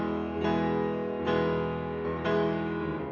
the